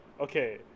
Okay